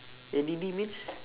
A_D_D means